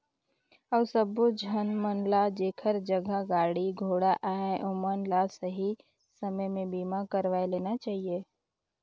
अउ सबो झन मन ल जेखर जघा गाड़ी घोड़ा अहे ओमन ल सही समे में बीमा करवाये लेना चाहिए